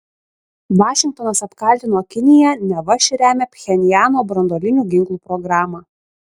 vašingtonas apkaltino kiniją neva ši remia pchenjano branduolinių ginklų programą